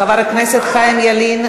חבר הכנסת חיים ילין,